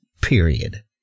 Period